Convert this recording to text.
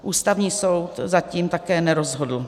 Ústavní soud zatím také nerozhodl.